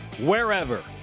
wherever